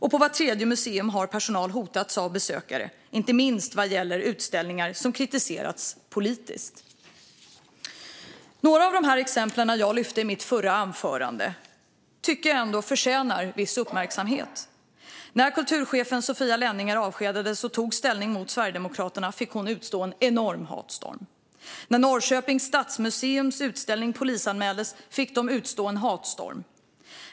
På vart tredje museum har personal hotats av besökare, inte minst vad gäller utställningar som kritiserats politiskt. Några av exemplen jag lyfte fram i mitt förra anförande tycker jag ändå förtjänar viss uppmärksamhet. När kultur och bibliotekschef Sofia Lenninger avskedades och tog ställning mot Sverigedemokraterna fick hon utstå en enorm hatstorm. När Norrköpings stadsmuseums utställning polisanmäldes fick de utstå en hatstorm.